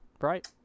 right